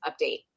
update